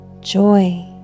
joy